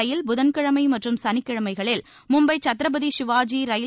ரயில் புதன்கிழமை மற்றும் சனிக்கிழமைகளில் மும்பை சத்திரபதி சிவாஜி ரயில்